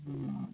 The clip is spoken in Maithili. हूँ